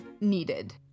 needed